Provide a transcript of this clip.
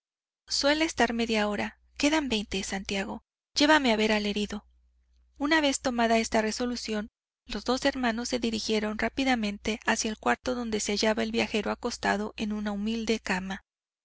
suele estar media hora quedan veinte santiago llévame a ver al herido una vez tomada esta resolución los dos hermanos se dirigieron rápidamente hacia el cuarto donde se hallaba el viajero acostado en una humilde cama